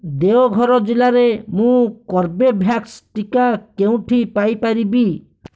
ଦେଓଗଡ଼ ଜିଲ୍ଲାରେ ମୁଁ କର୍ବେଭ୍ୟାକ୍ସ ଟିକା କେଉଁଠି ପାଇପାରିବି